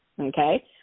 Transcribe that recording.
Okay